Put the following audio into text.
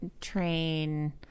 train